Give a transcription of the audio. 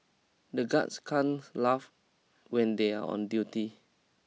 the guards can't laugh when they are on duty